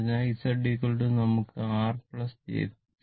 അതിനാൽ Z നമുക്ക് R j 0 എഴുതാം